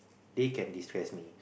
they can destress me